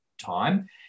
time